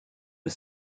was